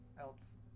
else